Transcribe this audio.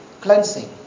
Cleansing